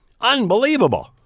Unbelievable